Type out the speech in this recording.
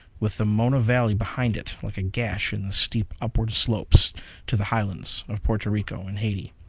with the mona valley behind it like a gash in the steep upward slopes to the highlands of porto rico and haiti.